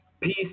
Peace